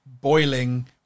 boiling